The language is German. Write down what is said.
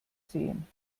sehen